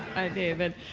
hi david.